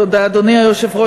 תודה, אדוני היושב-ראש.